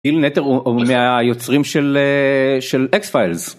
איל נטר הוא מהיוצרים של אקס פיילס.